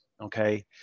Okay